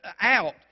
out